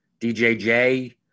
DJJ